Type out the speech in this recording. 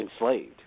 enslaved